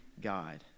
God